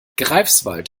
greifswald